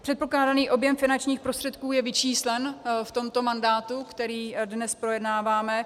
Předpokládaný objem finančních prostředků je vyčíslen v tomto mandátu, který dnes projednáváme.